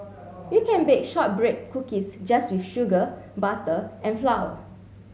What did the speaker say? you can bake shortbread cookies just with sugar butter and flour